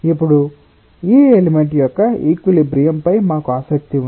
ఇప్పుడు ఈ ఎలిమెంట్ యొక్క ఈక్విలిబ్రియం పై మాకు ఆసక్తి ఉంది